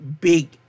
big